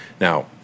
now